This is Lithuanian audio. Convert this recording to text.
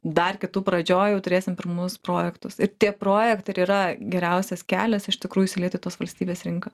dar kitų pradžioj jau turėsim pirmus projektus ir tie projektai ir yra geriausias kelias iš tikrųjų įsiliet į tos valstybės rinką